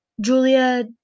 Julia